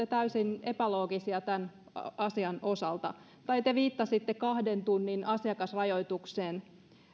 täysin epäloogisia tämän asian osalta tai te viittasitte kahden tunnin asiakasrajoitukseen